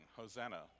Hosanna